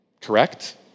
correct